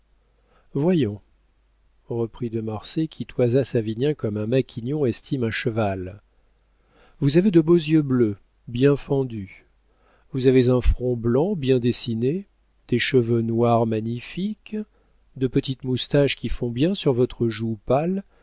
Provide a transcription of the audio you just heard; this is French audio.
voyons reprit de marsay qui toisa savinien comme un maquignon estime un cheval vous avez de beaux yeux bleus bien fendus vous avez un front blanc bien dessiné des cheveux noirs magnifiques de petites moustaches qui font bien sur votre joue pâle